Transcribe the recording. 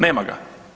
Nema ga.